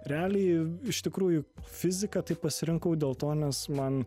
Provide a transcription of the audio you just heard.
realiai iš tikrųjų fiziką taip pasirinkau dėl to nes man